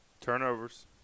Turnovers